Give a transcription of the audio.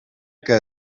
que